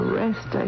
rest